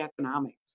economics